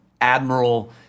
Admiral